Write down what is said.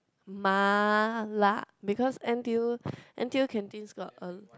Ma La because N_T_U N_T_U canteens got a